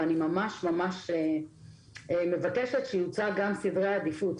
אני ממש ממש מבקשת שיהיו גם סדרי עדיפות.